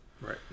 right